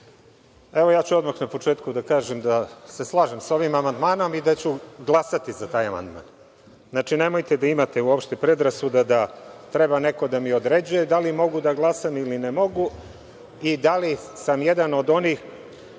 ja ću odmah na početku da kažem da se slažem sa ovim amandmanom i da ću glasati za taj amandman. Znači, nemojte da imate uopšte predrasuda da treba neko da mi određuje da li mogu da glasam ili ne mogu i da li sam jedan od onih